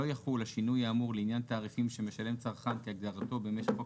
לא יחול השינוי האמור לעניין תעריפים שמשלם צרכן כהגדרתו בחוק